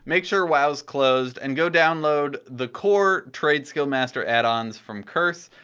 make sure wow is closed, and go download the core tradeskillmaster addon from curse,